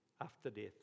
after-death